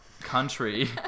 country